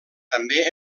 també